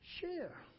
Share